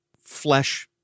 flesh